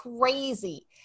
crazy